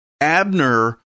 Abner